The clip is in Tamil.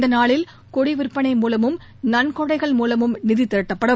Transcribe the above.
இந்த நாளில் கொடி விற்பனை மூலமும் நன்கொடைகள் மூலமும் நிதி திரட்டப்படும்